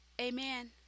amen